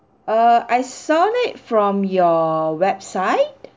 uh I saw it from your website